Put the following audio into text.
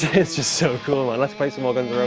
it's just so cool and let's play some more guns